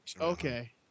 Okay